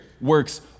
works